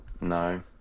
No